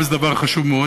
וזה דבר חשוב מאוד.